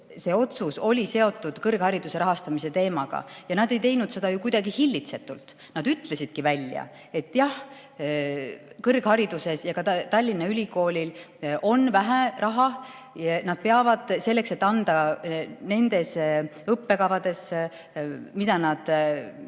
see otsus seotud kõrghariduse rahastamise teemaga ja nad ei teinud seda ju kuidagi hillitsetult. Nad ütlesidki välja, et jah, kõrghariduses ja ka Tallinna Ülikoolil on vähe raha ja nad peavad selleks, et anda nendel õppekavadel, mida nad